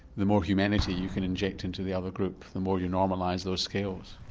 the more humanity you can inject into the other group the more you normalise those scales.